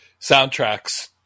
soundtracks